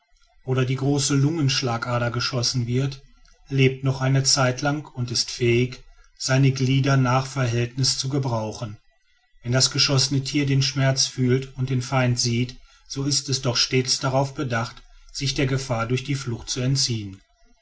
oder die große lungenschlagader geschossen wird lebt noch eine zeitlang und ist fähig seine glieder nach verhältnis zu gebrauchen wenn das geschossene tier den schmerz fühlt und den feind sieht so ist es doch stets darauf bedacht sich der gefahr durch die flucht zu entziehen